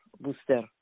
booster